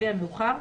לפי המאוחר,